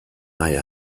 reihe